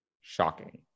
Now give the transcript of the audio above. shocking